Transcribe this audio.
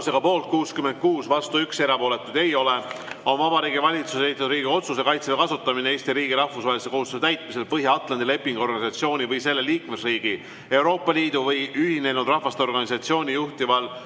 Põhja-Atlandi Lepingu Organisatsiooni või selle liikmesriigi, Euroopa Liidu või Ühinenud Rahvaste Organisatsiooni juhitaval